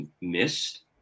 missed